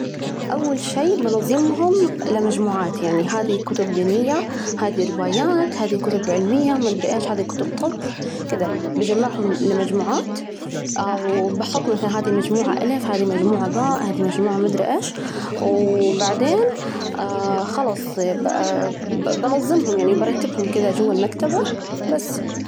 أول شي بنظمهم لمجموعات، يعني هذي كتب دينية، هذي روايات، هذي كتب علمية، ما أدري إيش هذي كتب طبخ، كدا بجمعهم لمجموعات أو بحط مثلًا هذي المجموعة ألف، هذي مجموعة باء، هذي مجموعة ما أدري ايش، بعدين خلاص بقى بنظمهم يعني برتبهم كذا جوا المكتبة بس.